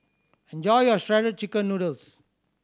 enjoy your Shredded Chicken Noodles